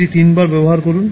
এটি তিনবার ব্যবহার করুন